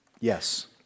Yes